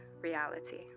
reality